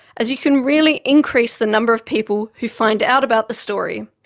as you can really increase the number of people who find out about the story,